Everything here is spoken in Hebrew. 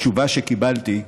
התשובה שקיבלתי: